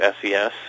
SES